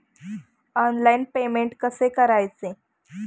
Online payment कसे करायचे?